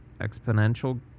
exponential